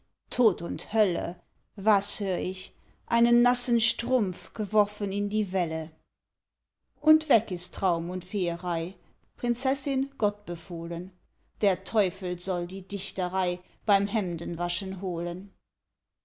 ich tod und hölle was hör ich einen nassen strumpf geworfen in die welle und weg ist traum und feerei prinzessin gott befohlen der teufel soll die dichterei beim hemdenwaschen holen